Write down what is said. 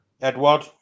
Edward